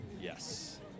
Yes